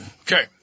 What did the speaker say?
Okay